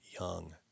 young